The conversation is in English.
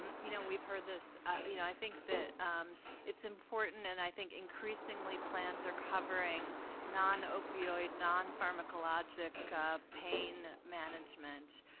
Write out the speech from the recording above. and you know we've heard this, you know i think that it's important and i think increasingly, plans are covering non-opioid, non-pharmacologic pain management.